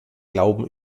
glauben